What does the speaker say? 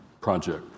project